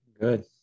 Good